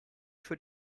für